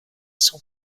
son